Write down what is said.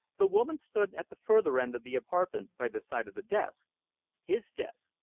the woman stood at the further end of the apartment by the side of the desk his desk.